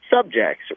subjects